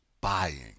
buying